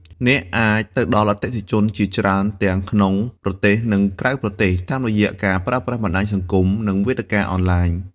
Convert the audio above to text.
អ្នកអាចទៅដល់អតិថិជនជាច្រើនទាំងក្នុងប្រទេស និងក្រៅប្រទេស តាមរយៈការប្រើប្រាស់បណ្ដាញសង្គម និងវេទិកាអនឡាញ។